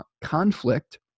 conflict